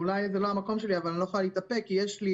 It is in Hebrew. אולי זה לא המקום שלי אבל אני לא יכולה להתאפק כי יש לי